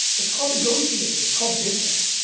it's called negotiating, it's called business.